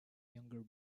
younger